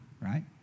right